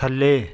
ਥੱਲੇ